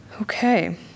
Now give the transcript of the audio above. Okay